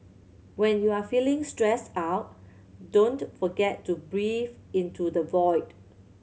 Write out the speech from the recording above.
when you are feeling stressed out don't forget to breathe into the void